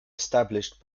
established